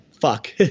fuck